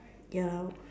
ya